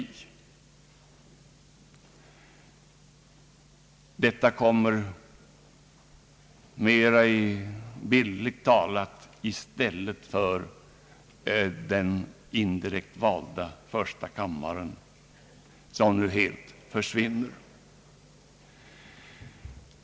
Detta kommer bildligt talat i stället för den indirekt valda första kammaren, som nu helt försvinner.